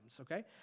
okay